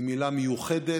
היא מילה מיוחדת